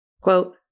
quote